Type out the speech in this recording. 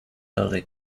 early